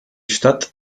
stadt